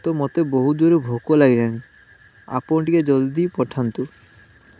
ତ ମୋତେ ବହୁତ ଜୋର ଭୋକ ଲାଗିଲାଣି ଆପଣ ଟିକେ ଜଲଦି ପଠାନ୍ତୁ